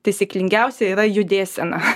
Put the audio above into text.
taisyklingiausia yra judėsena